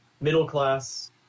middle-class